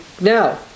now